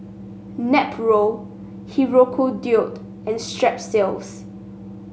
Nepro Hirudoid and Strepsils